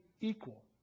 equal